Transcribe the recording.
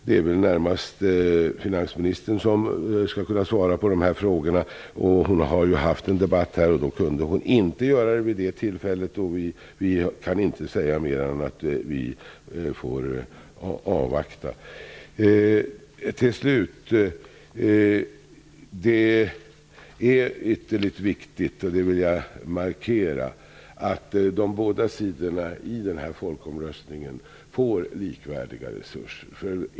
Det är väl närmast finansministern som bör kunna svara på frågorna. Hon har ju deltagit i en debatt här men kunde vid det tillfället inte besvara dem. Vi kan inte säga mer än att vi får avvakta. Jag vill markera att det är ytterligt viktigt att de båda sidorna i folkomröstningen får likvärdiga resurser.